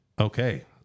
Okay